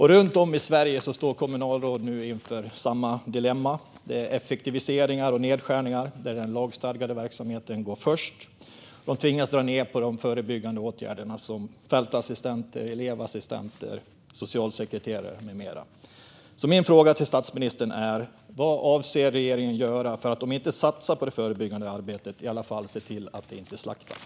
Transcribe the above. Runt om i Sverige står kommunalråd inför samma dilemma när det är fråga om effektiviseringar och nedskärningar, där den lagstadgade verksamheten kommer först. De tvingas dra ned på de förebyggande åtgärderna, som fältassistenter, elevassistenter, socialsekreterare med mera. Min fråga till statsministern är: Vad avser regeringen att göra för att om inte satsa på det förebyggande arbetet i alla fall se till att det inte slaktas?